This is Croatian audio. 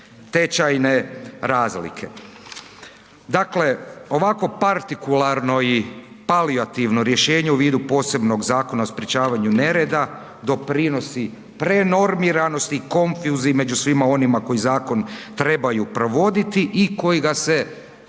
tečajne razlike. Dakle, ovako partikularno i palijativno rješenje u vidu posebnog Zakona o sprečavanju nereda doprinosi prenormiranosti i konfuziji među svima onima koji zakon trebaju provoditi i koji ga se